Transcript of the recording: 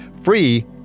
free